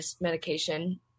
medication